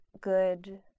good